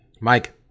Mike